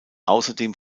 außerdem